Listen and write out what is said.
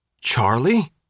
Charlie